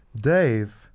Dave